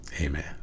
Amen